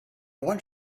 want